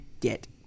get